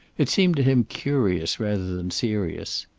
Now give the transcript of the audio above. it seemed to him curious rather than serious.